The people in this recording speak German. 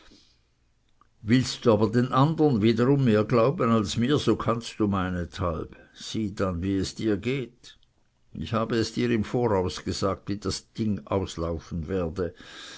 willst du aber den andern wiederum mehr glauben als mir so kannst du meinethalb siehe dann wie es dir geht ich habe es dir im voraus gesagt wie das ding auslaufen werde